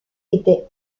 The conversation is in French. était